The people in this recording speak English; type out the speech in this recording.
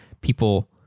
people